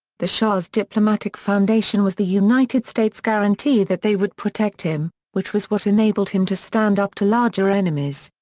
the shah's diplomatic foundation was the united states' guarantee that they would protect him, which was what enabled him to stand up to larger enemies.